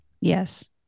Yes